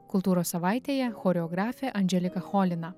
kultūros savaitėje choreografė andželika cholina